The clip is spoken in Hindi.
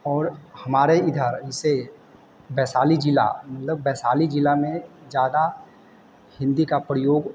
और हमारे इधर इसे वैशाली ज़िला मतलब वैशाली ज़िला में ज़्यादा हिंदी का प्रयोग